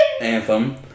Anthem